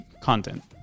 content